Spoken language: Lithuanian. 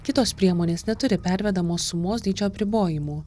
kitos priemonės neturi pervedamos sumos dydžio apribojimų